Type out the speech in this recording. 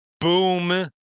boom